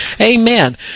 amen